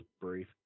brief